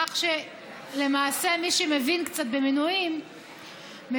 כך שלמעשה מי שמבין קצת במינויים מבין